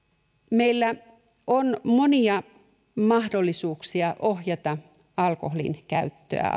meillä on monia mahdollisuuksia ohjata alkoholin käyttöä